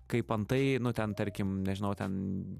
kaip antai ten tarkim nežinau ten